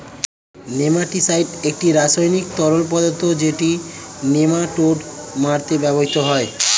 nematicide একটি রাসায়নিক তরল পদার্থ যেটি নেমাটোড মারতে ব্যবহৃত হয়